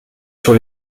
sur